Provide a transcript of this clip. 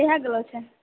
इएहा गलो छै